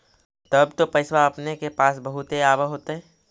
तब तो पैसबा अपने के पास बहुते आब होतय?